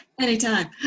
Anytime